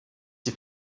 die